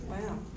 Wow